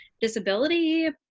disability